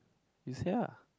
you say ah